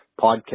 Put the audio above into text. podcast